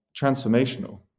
transformational